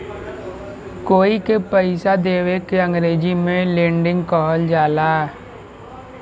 कोई के पइसा देवे के अंग्रेजी में लेंडिग कहल जाला